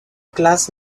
classe